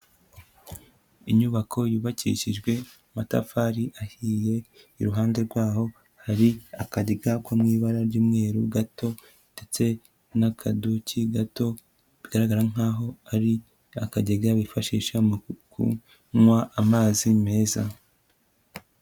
Inyubako yubakishijwe amatafari ahiye, iruhande rwaho hari akagega ko mu ibara ry'umweru gato ndetse n'akaduke gato, bigaragara nk'aho ari akagega bifashisha mu kunywa amazi meza.